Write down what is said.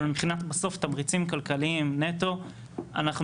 אבל מבחינת בסוף תמריצים כלכליים נטו אנחנו